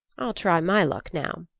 i'll try my luck now,